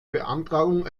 beantragung